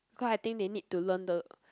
cause I think they need to learn the